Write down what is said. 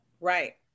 Right